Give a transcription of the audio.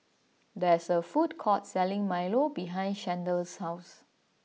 there is a food court selling Milo behind Chandler's house